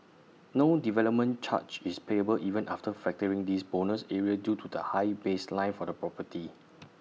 no development charge is payable even after factoring this bonus area due to the high baseline for the property